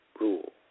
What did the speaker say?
rule